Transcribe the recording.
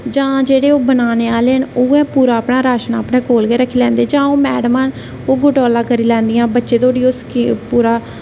ते जां ओह् बनाने आह्ले ओह् पूरा अपने कश रक्खी लैंदे न जां ओह् मैडमां न ते ओह् बटोला करी लैंदियां ओह् बच्चें तोड़ी पूरा